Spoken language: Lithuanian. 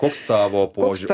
koks tavo požiū